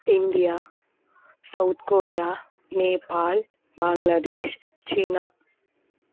India South Korea Nepal Bangladesh China